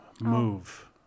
Move